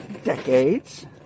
decades